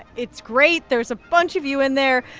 it's great. there's a bunch of you in there.